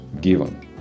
given